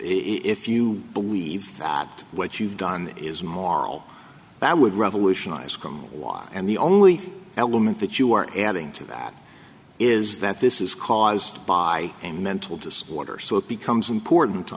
if you believe that what you've done is moral that would revolutionize com one and the only element that you are adding to that is that this is caused by a mental disorder so it becomes important to